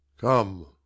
Come